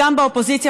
גם באופוזיציה,